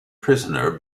prisoner